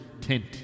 tent